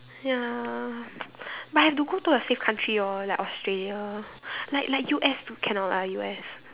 ya but I have to go to a safe country lor like Australia like like U_S cannot lah U_S